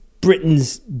Britain's